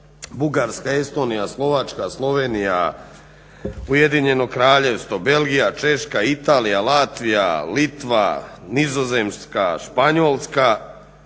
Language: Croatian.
Bugarska, Estonija, Slovačka, Slovenija, Ujedinjeno Kraljevstvo, Belgija, Češka, Italija, Latvija, Litva, Nizozemska, Španjolska